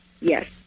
Yes